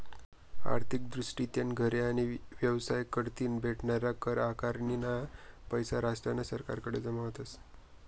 आर्थिक दृष्टीतीन घरे आणि येवसाय कढतीन भेटनारी कर आकारनीना पैसा राष्ट्रना सरकारकडे जमा व्हतस